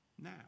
now